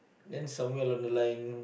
then somewhere along the line